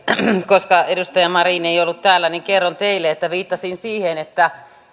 koska edustaja marin ei ollut täällä niin kerron teille että viittasin siihen että